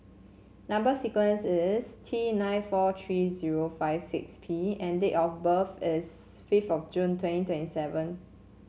number sequence is T nine four tree zero five six P and date of birth is fifth of June twenty twenty seven